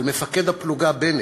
על מפקד הפלוגה בנט,